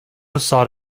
sought